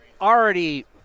already